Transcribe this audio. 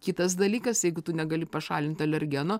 kitas dalykas jeigu tu negali pašalint alergeno